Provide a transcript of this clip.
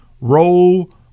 roll